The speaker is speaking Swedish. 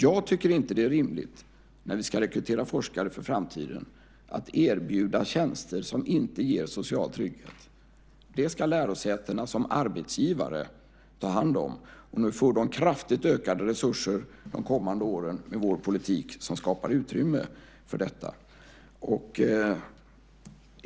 Jag tycker inte att det är rimligt, när vi ska rekrytera forskare för framtiden, att erbjuda tjänster som inte ger social trygghet. Det ska lärosätena som arbetsgivare ta hand om. Med vår politik som skapar utrymme för detta får de kraftigt ökade resurser de kommande åren.